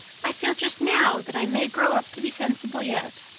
i feel just now that i may grow up to be sensible yet.